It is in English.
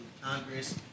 Congress